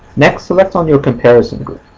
next, select um your comparison group.